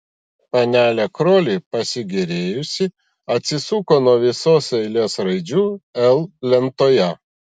panelė kroli pasigėrėjusi atsisuko nuo visos eilės raidžių l lentoje